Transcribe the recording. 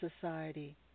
society